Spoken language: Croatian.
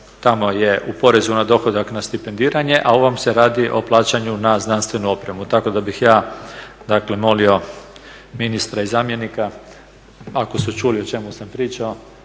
tamo je u porezu na dohodak na stipendiranje, a ovdje se radi o plaćanju na znanstvenu opremu. Tako da bih ja dakle molio ministra i zamjenika ako su čuli o čemu sam pričao